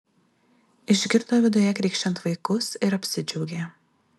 išgirdo viduj krykščiant vaikus ir apsidžiaugė